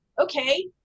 okay